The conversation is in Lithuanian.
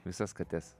visas kates